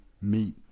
meet